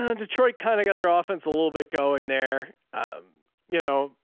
and detroit kind of got their ah offense a little bit going there you know,